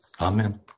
Amen